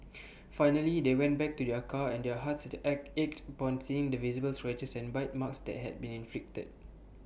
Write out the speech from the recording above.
finally they went back to their car and their hearts at ached upon seeing the visible scratches and bite marks that had been inflicted